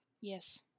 Yes